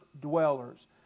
dwellers